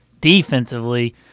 defensively